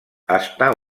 està